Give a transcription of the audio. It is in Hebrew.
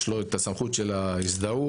יש לו את הסמכויות: הזדהות,